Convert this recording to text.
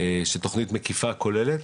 זו תכנית מקיפה כוללת.